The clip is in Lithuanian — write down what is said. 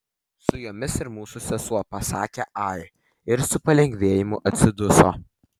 su jomis ir mūsų sesuo pasakė ai ir su palengvėjimu atsiduso